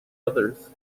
others